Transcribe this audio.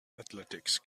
athletics